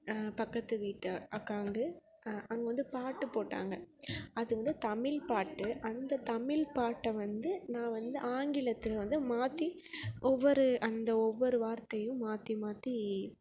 பக்கத்துக்கு வீட்டு அக்கா வந்து அங்கே வந்து பாட்டு போட்டாங்க அது வந்து தமிழ் பாட்டு அந்த தமிழ் பாட்டை வந்து நான் வந்து ஆங்கிலத்தில் வந்து மாற்றி ஒவ்வொரு அந்த ஒவ்வொரு வார்த்தையும் மாற்றி மாற்றி